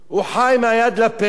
הוא חי מהיד לפה,